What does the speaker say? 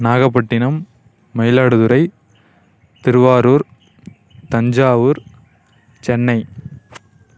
Nagapattinam Mayiladuthurai Thiruvarur Thanjavur Chennai